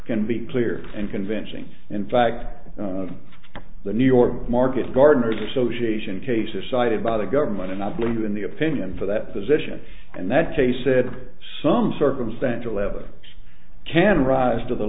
can be clear and convincing in fact the new york market gardeners association cases cited by the government and i believe in the opinion for that position and that case said some circumstantial evidence can rise to the